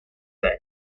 proof